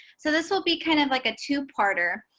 so this will be kind of like a two parter.